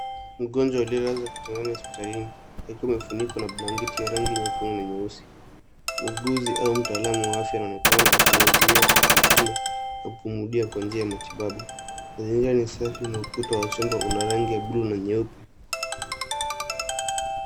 Mgonjwa aliyelazwa kitandani hospitalini akiwa amefunikwa na blanketi ya rangi nyekundu na nyeusi mwuguzi au mtaalamu wa afya anaonekana akimhudumia kwa kumpima na kumhudumia kwa njia ya matibabu lenye rangi safi na ukuta wa chumba una rangi ya buluu na nyeupe